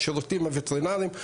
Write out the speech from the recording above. השירותים הווטרינרים.